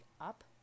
up